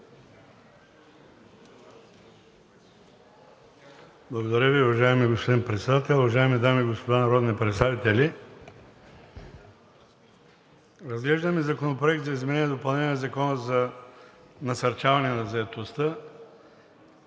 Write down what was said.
Благодаря Ви, уважаеми господин Председател. Уважаеми дами и господа народни представители! Разглеждаме Законопроекта за изменение и допълнение на Закона за насърчаване на заетостта,